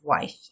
wife